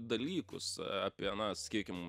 dalykus apie na sakykim